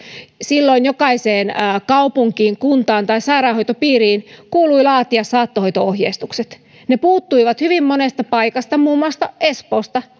silloin jokaiseen kaupunkiin kuntaan tai sairaanhoitopiiriin kuului laatia saattohoito ohjeistukset ne puuttuivat hyvin monesta paikasta muun muassa espoosta